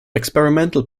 experimental